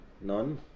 none